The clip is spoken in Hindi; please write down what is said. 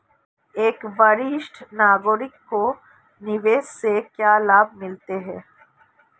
एक वरिष्ठ नागरिक को निवेश से क्या लाभ मिलते हैं?